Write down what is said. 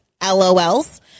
LOLs